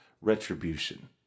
retribution